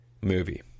movie